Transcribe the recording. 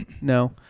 no